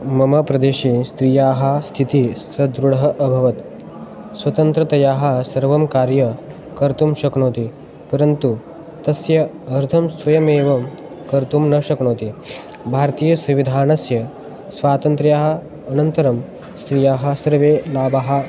मम प्रदेशे स्त्रियः स्थितिः सुदृढा भवत् स्वतन्त्रतया सर्वं कार्यं कर्तुं शक्नोति परन्तु तस्य अर्थः स्वयमेव कर्तुं न शक्नोति भारतीयसंविधानस्य स्वातन्त्र्य अनन्तरं स्त्रियः सर्वे लाभः